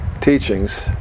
teachings